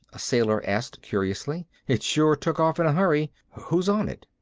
a sailor asked curiously. it sure took off in a hurry. who's on it?